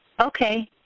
Okay